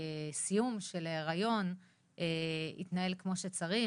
שהסיום של ההיריון התנהל כמו שצריך,